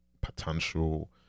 potential